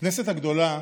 כנסת הגדולה